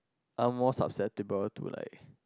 are more susceptible to like